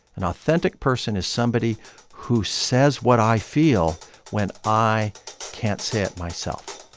an authentic person is somebody who says what i feel when i can't say it myself